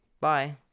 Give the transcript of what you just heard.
Bye